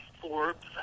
Forbes